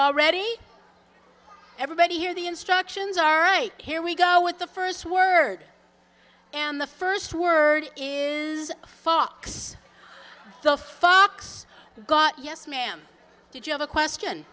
already everybody here the instructions are right here we go with the first word and the first word is fox the fox got yes ma'am did you have a question